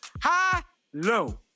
High-low